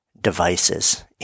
devices